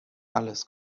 alles